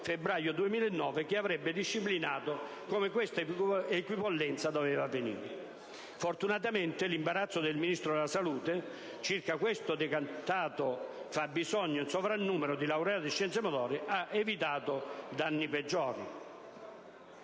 febbraio 2009 per disciplinare il modo in cui questa equipollenza doveva avvenire. Fortunatamente, l'imbarazzo del Ministero della salute circa questo decantato fabbisogno in soprannumero di laureati in scienze motorie ha evitato danni peggiori.